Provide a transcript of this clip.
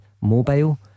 mobile